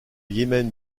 yémen